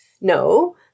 No